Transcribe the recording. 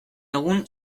egun